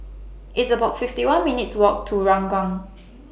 It's about fifty one minutes Walk to Ranggung